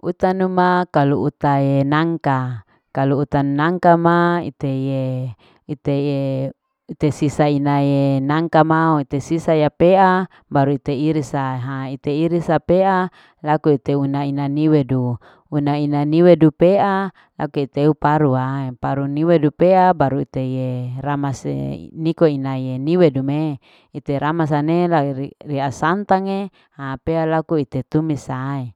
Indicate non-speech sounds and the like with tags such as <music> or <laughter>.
Utanu ma kalu utae nangka. kalu utanu nangka ma iteye iteye ute sisa inae nangka mau ite sisa ya pea baru ite irisa <hesitation> ite irisa pea laku ite una una niwedu una ina niwedu pea laku iteu paru wae paru ni weidu pea baru iteye ramase niko inaye niwedu me ite ramas ane rairi ria santange <hesitation> pea laku ite tumis ae